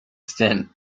stint